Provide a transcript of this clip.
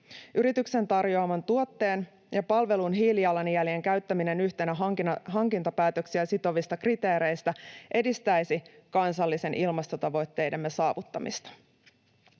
Yrityksen tarjoaman tuotteen ja palvelun hiilijalanjäljen käyttäminen yhtenä hankintapäätöksiä sitovana kriteerinä edistäisi kansallisten ilmastotavoitteidemme saavuttamista.